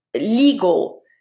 legal